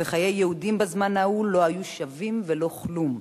וחיי יהודים בזמן ההוא לא היו שווים ולא כלום.